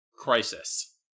Crisis